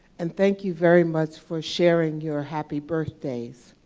and thank you very much for sharing your happy birthdays.